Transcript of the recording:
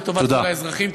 לטובת כל האזרחים.